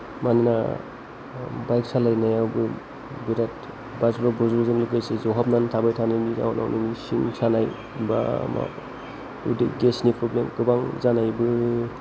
मानोना बाइक सालायनायावबो बेराद बाज्ल' बुज्ल'जों लोगोसे जहाबनानै थाबाय थानायनि जाहोनाव नों सिं सानाय बा उदै गेसनि प्रब्लेम गोबां जानायबो